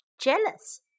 Jealous